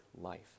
life